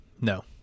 No